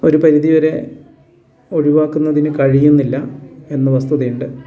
ഒരു പരിധി വരെ ഒഴിവാക്കുന്നതിന് കഴിയുന്നില്ല എന്ന വസ്തുതയുണ്ട്